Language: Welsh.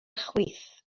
chwith